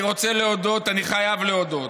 אני רוצה להודות, אני חייב להודות,